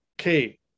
Okay